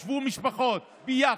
ישבו משפחות ביחד.